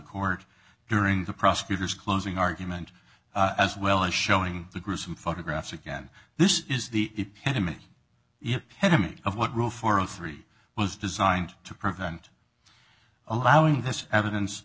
court during the prosecutor's closing argument as well as showing the gruesome photographs again this is the epitome epitome of what rule for all three was designed to prevent allowing this evidence